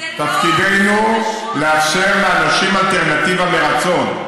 תפקידנו לאפשר לאנשים אלטרנטיבה מרצון.